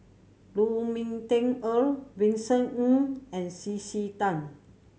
Lu Ming Teh Earl Vincent Ng and C C Tan